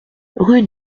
rue